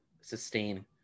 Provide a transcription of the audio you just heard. sustain